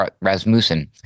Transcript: Rasmussen